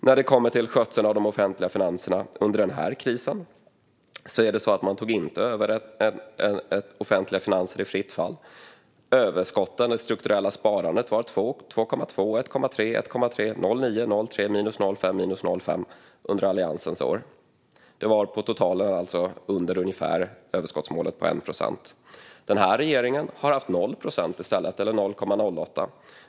När det kommer till skötseln av de offentliga finanserna under den här krisen tog man inte över offentliga finanser i fritt fall. Överskotten, det strukturella sparandet, var under Alliansens år 2 procent, 2,2 procent, 1,3 procent, 1,3 procent, 0,9 procent, 0,3 procent, minus 0,5 procent och minus 0,5 procent. Det var alltså på totalen under överskottsmålet på 1 procent. Den här regeringen har i stället haft överskott på 0 procent eller 0,08 procent.